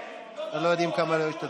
לא יודעים כמה לא השתתפו.